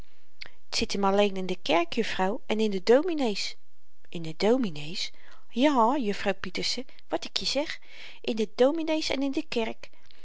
zit m alleen in de kerk juffrouw en in de dominees in de dominees ja juffrouw pieterse wat ik je zeg in de dominees en in de kerk